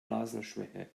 blasenschwäche